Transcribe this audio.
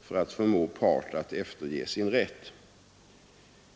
för att förmå part att efterge sin rätt.